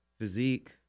physique